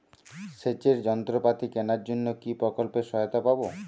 সেচের যন্ত্রপাতি কেনার জন্য কি প্রকল্পে সহায়তা পাব?